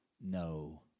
No